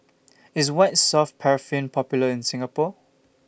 IS White Soft Paraffin Popular in Singapore